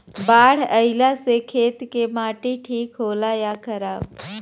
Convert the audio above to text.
बाढ़ अईला से खेत के माटी ठीक होला या खराब?